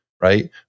right